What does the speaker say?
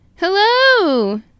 Hello